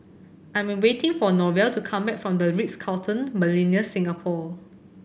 I'm waiting for Norval to come back from The Ritz Carlton Millenia Singapore